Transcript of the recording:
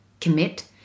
commit